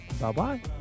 Bye-bye